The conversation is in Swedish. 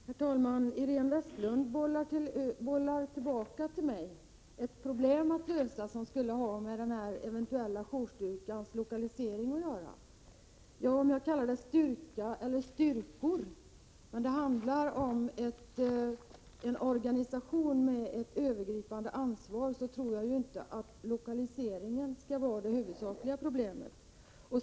Herr talman! Iréne Vestlund bollar tillbaka ett problem till mig att lösa, som skulle ha att göra med denna eventuella jourstyrkas lokalisering. Vare sig jag kallar det för styrka eller styrkor handlar det om en organisation med ett övergripande ansvar, varför jag inte tror att lokaliseringen skulle vara det huvudsakliga problemet.